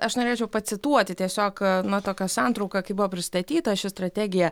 aš norėčiau pacituoti tiesiog na tokią santrauką kaip buvo pristatyta ši strategija